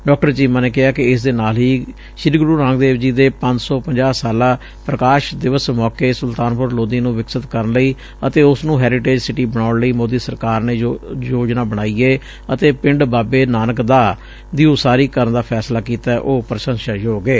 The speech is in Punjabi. ਡਾ ਚੀਮਾ ਨੇ ਕਿਹਾ ਕਿ ਇਸ ਦੇ ਨਾਲ ਹੀ ਸ੍ਰੀ ਗੁਰੂ ਨਾਨਕ ਦੇਵ ਜੀ ਦੇ ਪੰਜ ਸੋ ਪੰਜਾਹ ਸਾਲਾਂ ਪ੍ਕਾਸ਼ ਦਿਵਸ ਦੇ ਮੌਕੇ ਸੁਲਤਾਨਪੁਰ ਲੋਧੀ ਨੂੰ ਵਿਕਸਤ ਕਰਨ ਲਈ ਅਤੇ ਉਸ ਨੂੰ ਹੈਰੀਟੇਜ ਸਿਟੀ ਬਣਾਉਣ ਲਈ ਸੋਦੀ ਸਰਕਾਰ ਨੇ ਜੋ ਯੋਜਨਾ ਬਣਾਈ ਏ ਅਤੇ ਪਿੰਡ ਬਾਬੇ ਨਾਨਕ ਦਾ ਦੀ ਉਸਾਰੀ ਕਰਨ ਦਾ ਫੈਸਲਾ ਕੀਤੈ ਉਹ ਪੁਸ਼ੰਸਾ ਯੋਗ ਏ